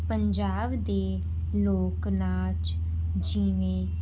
ਪੰਜਾਬ ਦੇ ਲੋਕ ਨਾਚ ਜਿਵੇਂ